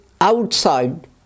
outside